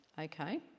Okay